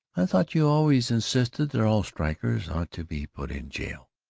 i thought you always insisted that all strikers ought to be put in jail.